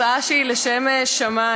הצעה שהיא לשם שמים,